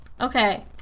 Okay